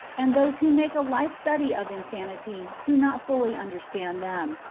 and those who make a life-study of insanity do not fully understand them,